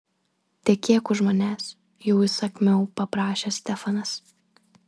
tekėk už manęs jau įsakmiau paprašė stefanas